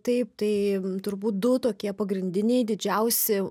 taip tai turbūt du tokie pagrindiniai didžiausi